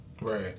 Right